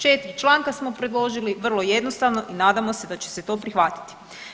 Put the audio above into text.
Četiri članka smo predložili, vrlo jednostavna i nadamo se da će se to prihvatiti.